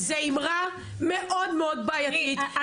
זו אמרה מאוד מאוד בעייתית.